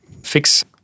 fix